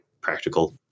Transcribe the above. practical